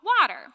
water